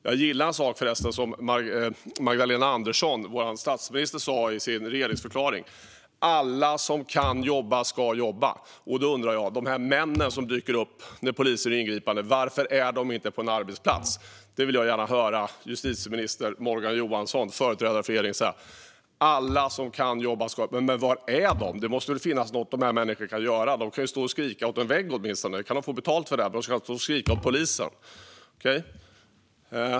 Jag gillar förresten en sak som vår statsminister Magdalena Andersson sa i sin regeringsförklaring: "Alla som kan jobba ska jobba." Då undrar jag varför de där männen som dyker upp när polisen gör ingripanden inte är på en arbetsplats. Det vill jag gärna höra från justitieminister Morgan Johansson, företrädaren för regeringen. "Alla som kan jobba ska jobba." Men var är de då? Det måste finnas något de människorna kan göra. De kan stå och skrika åt en vägg och få betalt för det. Men de ska inte stå och skrika åt polisen.